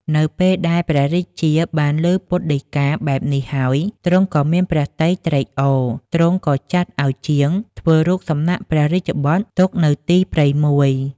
នៅពេលដែលព្រះរាជាបានឮពុទ្ធដីកាបែបនេះហើយ ទ្រង់ក៏មានព្រះទ័យត្រេកអរ ទ្រង់ក៏ចាត់ឲ្យជាងធ្វើរូបសំណាកព្រះរាជបុត្រទុកនៅទីព្រៃមួយ។